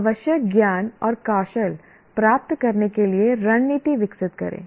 आवश्यक ज्ञान और कौशल प्राप्त करने के लिए रणनीति विकसित करें